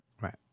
Right